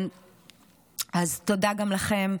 אז תודה גם לכם.